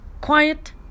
Quiet